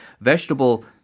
vegetable